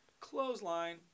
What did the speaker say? Clothesline